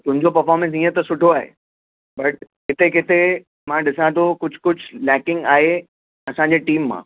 तुंहिंजो परफोर्मैंस हीअं त सुठो आहे बट किथे किथे मां ॾिसां थो कुझु कुझु लैकिंग आहे असांजे टीम मां